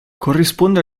corrisponde